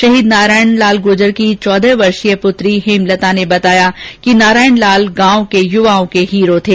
शहीद नारायण लाल गुर्जर की चौदह वर्षीय पुत्री हेमलता ने बताया कि नारायण लाल गांव के युवाओं के हीरो थे